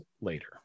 later